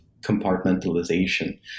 compartmentalization